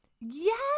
Yes